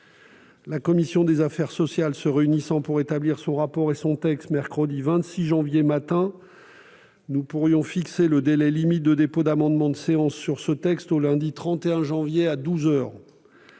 La commission des affaires sociales se réunissant pour établir son rapport et son texte mercredi 26 janvier matin, nous pourrions fixer le délai limite de dépôt d'amendements de séance sur ce texte au lundi 31 janvier à 12 heures.